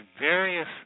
various